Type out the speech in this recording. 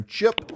Chip